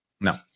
no